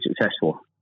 successful